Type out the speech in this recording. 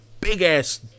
big-ass